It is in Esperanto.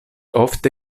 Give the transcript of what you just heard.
ofte